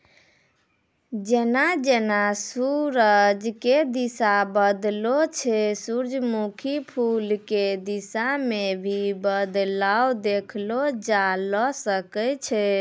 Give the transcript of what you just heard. जेना जेना सूरज के दिशा बदलै छै सूरजमुखी फूल के दिशा मॅ भी बदलाव देखलो जाय ल सकै छै